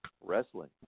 Wrestling